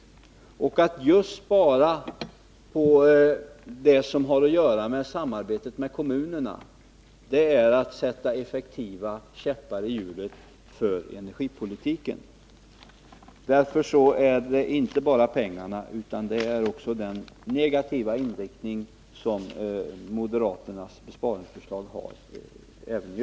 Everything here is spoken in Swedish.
Att spara just på det som har att göra med samarbetet med kommunerna är att på ett effektivt vis sätta käppar i hjulet för energipolitiken. Därför gällde det inte bara indragning av pengarna utan även den negativa inriktning i övrigt som moderaternas besparingsförslag innebär.